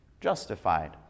justified